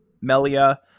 Melia